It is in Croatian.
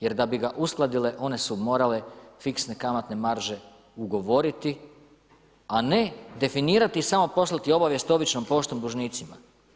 Jer da bi ga uskladile one su morale fiksne kamatne marže ugovoriti a ne definirati i samo poslati obavijest običnom poštom dužnicima.